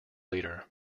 leader